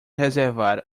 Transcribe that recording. reservar